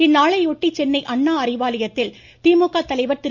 இந்நாளை ஒட்டி சென்னை அண்ணா அறிவாலயத்தில் திமுக தலைவர் திரு